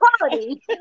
quality